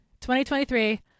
2023